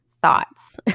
Thoughts